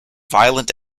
violent